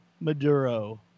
Maduro